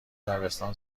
دبستان